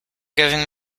giving